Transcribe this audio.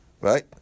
right